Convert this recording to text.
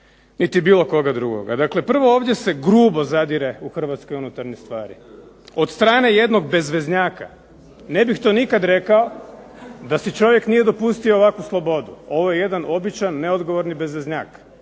niti bilo koga drugoga. Dakle, prvo ovdje se grubo zadire u hrvatske unutarnje stvari od strane jednog bezveznjaka, ne bih to nikad rekao da si čovjek nije dopustio ovakvu slobodu. Ovo je jedan običan neodgovorni bezveznjak.